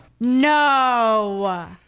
No